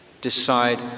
decide